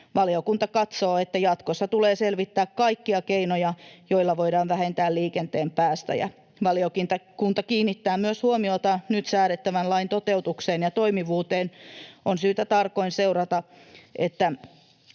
Valiokunta katsoo, että jatkossa tulee selvittää kaikkia keinoja, joilla voidaan vähentää liikenteen päästöjä. Valiokunta kiinnittää huomiota myös nyt säädettävän lain toteutukseen ja toimivuuteen. On syytä tarkoin seurata, että